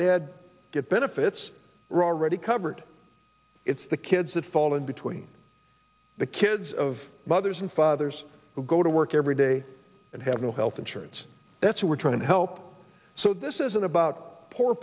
dad get benefits are already covered it's the kids that fall in between the kids of mothers and fathers who go to work every day and have no health insurance that's who we're trying to help so this isn't about poor